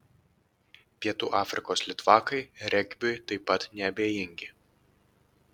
pietų afrikos litvakai regbiui taip pat neabejingi